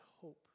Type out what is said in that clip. hope